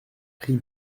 pris